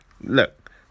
look